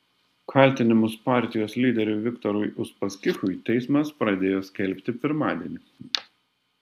kaltinimus partijos lyderiui viktorui uspaskichui teismas pradėjo skelbti pirmadienį